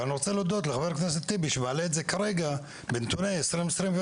ואני רוצה להודות לחבר הכנסת טיבי שמעלה את זה כרגע בנתוני 2021,